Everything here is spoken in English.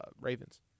Ravens